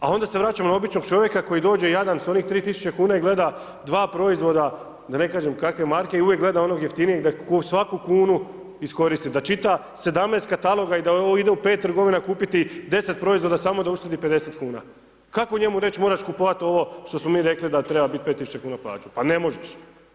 A onda se vraćamo na običnog čovjeka koji dođe jadan s onih 3.000,00 kn i gleda dva proizvoda, da ne kažem kakve marke, i uvijek gleda onog jeftinijeg da svaku kunu iskoristi, da čita 17 kataloga i da ide u 5 trgovina kupiti 10 proizvoda samo da uštedi 50,00 kn, kako njemu reći, moraš kupovati ovo što smo mi rekli da treba biti 5.000,00 kn, pa ne možeš.